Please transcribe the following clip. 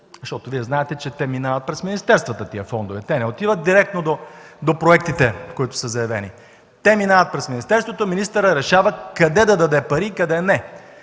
защото Вие знаете, че тези фондове минават през министерствата, те не отиват директно до проектите, които са заявени – те минават през министерството, министърът решава къде да даде пари и къде не.